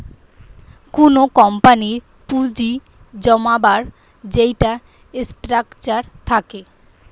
কুনো কোম্পানির পুঁজি জমাবার যেইটা স্ট্রাকচার থাকে